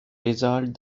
resolved